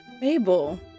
Mabel